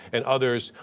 and others,